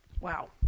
wow